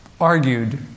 Argued